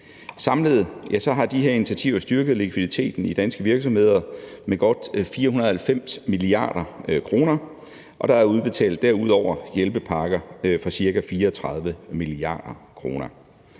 Samlet har de her initiativer styrket likviditeten i danske virksomheder med godt 490 mia. kr., og der er derudover udbetalt hjælpepakker for ca. 34 mia. kr.